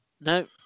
no